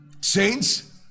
Saints